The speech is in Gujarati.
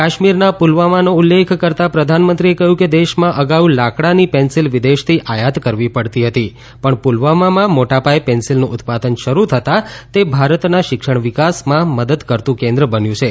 કાશ્મીરના પુલવામાનો ઉલ્લેખ કરતાં પ્રધાનમંત્રી કહ્યું કે દેશમાં અગાઉ લાકડાની પેન્સિલ વિદેશથી આથાત કરવી પડતી હતી પણ પુલવામામાં મોટા પાવે પેન્સિલનું ઉત્પાદન શરૂ થતાં તે ભારતના શિક્ષણ વિકાસમાં મદદ કરતું કેન્દ્ર બન્યું છે